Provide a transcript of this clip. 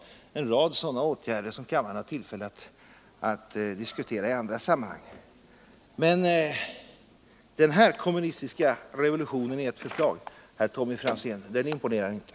Det är en rad sådana åtgärder som kammaren har anledning att diskutera i andra sammanhang. Men den här kommunistiska revolutionen i ert förslag, herr Tommy Franzén, den imponerar inte.